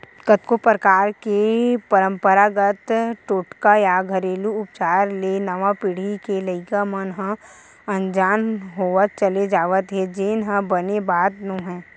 कतको परकार के पंरपरागत टोटका या घेरलू उपचार ले नवा पीढ़ी के लइका मन ह अनजान होवत चले जावत हे जेन ह बने बात नोहय